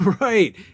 Right